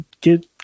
get